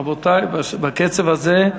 רבותי, בקצב הזה,